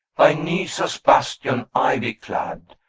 by nysa's bastion ivy-clad,